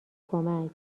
کمک